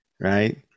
right